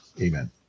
Amen